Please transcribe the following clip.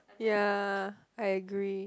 ya I agree